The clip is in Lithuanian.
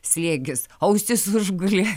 slėgis ausis užgulė